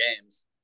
games